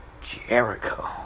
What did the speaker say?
Jericho